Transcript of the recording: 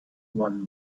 one